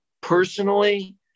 personally